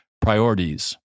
priorities